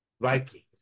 Vikings